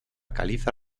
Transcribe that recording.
caliza